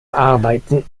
arbeiten